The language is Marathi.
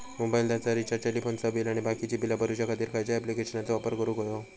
मोबाईलाचा रिचार्ज टेलिफोनाचा बिल आणि बाकीची बिला भरूच्या खातीर खयच्या ॲप्लिकेशनाचो वापर करूक होयो?